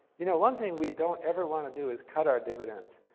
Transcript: you know one thing we don't ever want to do is cut our dividends.